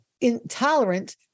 intolerant